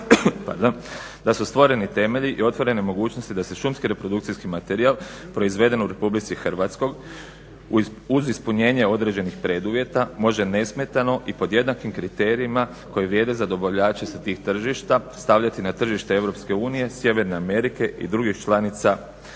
da su stvoreni temelji i otvorene mogućnosti da se šumski reprodukcijski materijal proizveden u Republici Hrvatskoj uz ispunjenje određenih preduvjeta može nesmetano i pod jednakim kriterijima koji vrijede za dobavljače sa tih tržišta stavljati na tržište EU, Sjeverne Amerike i drugih država članica